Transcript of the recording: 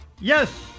Yes